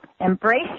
embrace